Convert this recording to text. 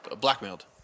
Blackmailed